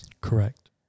Correct